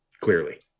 clearly